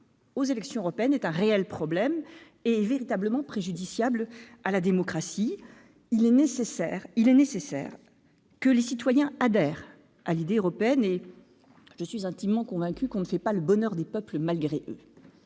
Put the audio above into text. aux élections européennes constitue un réel problème et est préjudiciable à la démocratie. Il est nécessaire que les citoyens adhèrent à l'idée européenne, et je suis intimement convaincue qu'on ne fait pas le bonheur des peuples malgré eux.